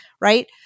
right